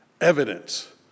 evidence